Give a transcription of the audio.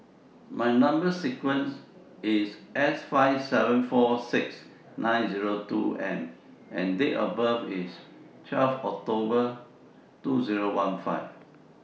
Number sequence IS S five seven four six nine Zero two M and Date of birth IS twelve October two Zero one five